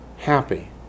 Happy